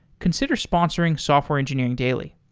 consider sponsoring software engineering daily.